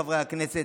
חברי הכנסת,